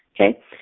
okay